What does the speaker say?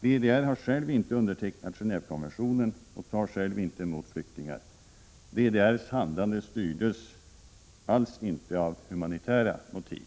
DDR har själv inte undertecknat Genåvekonventionen och tar inte själv emot flyktingar. DDR:s handlande styrdes inte alls av humanitära motiv.